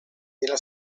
della